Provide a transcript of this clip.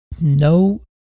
No